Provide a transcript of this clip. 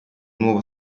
nuovo